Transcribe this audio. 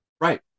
Right